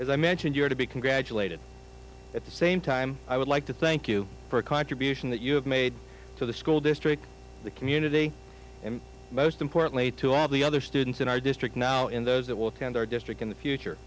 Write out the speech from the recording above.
as i mentioned you're to be congratulated at the same time i would like to thank you for a contribution that you have made to the school district the community and most importantly to all the other students in our district now in those that will count our district in the future